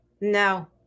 No